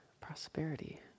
prosperity